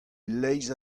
leizh